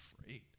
afraid